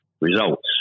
results